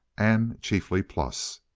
and chiefly plus.